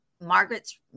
Margaret's